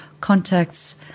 contacts